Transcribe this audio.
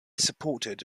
supported